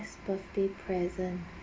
best birthday present